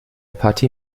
partie